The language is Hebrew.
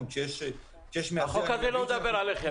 מה גם שיש --- החוק הזה לא מדבר עליכם.